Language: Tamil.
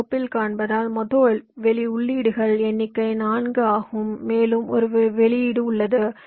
இந்த தொகுப்பில் காண்பதால் மொத்த உள்ளீடுகளின் எண்ணிக்கை 4 ஆகும் மேலும் ஒரு வெளியீடு உள்ளது